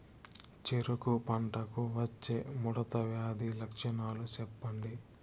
చెరుకు పంటకు వచ్చే ముడత వ్యాధి లక్షణాలు చెప్పండి?